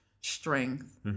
strength